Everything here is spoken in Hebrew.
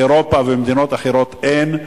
ובאירופה ובמדינות אחרות אין,